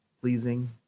pleasing